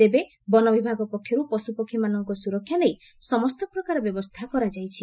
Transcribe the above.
କିନ୍ତୁ ବନବିଭାଗ ପକ୍ଷର୍ ପଶ୍ରପକ୍ଷୀମାନଙ୍କ ସ୍ୱରକ୍ଷା ନେଇ ସମସ୍ତ ପ୍ରକାର ବ୍ୟବସ୍ଥା କରାଯାଇଛି